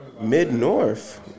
Mid-north